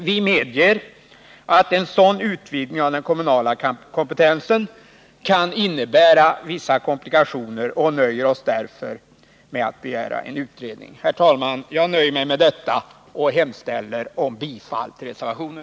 Vi medger att en sådan utvidgning av den kommunala kompetensen kan innebära vissa komplikationer och nöjer oss därför med att begära en utredning. Herr talman! Jag yrkar bifall till reservationen.